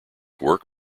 work